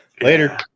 Later